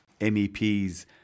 MEPs